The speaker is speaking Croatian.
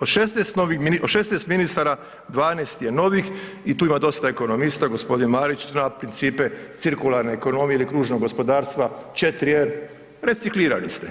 Od 16 ministara 12 je novih i tu ima dosta ekonomista, g. Marić zna principe cirkularne ekonomije ili kružnog gospodarstva, 4R, reciklirani ste,